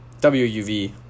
W-U-V